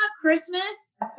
Christmas